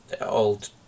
old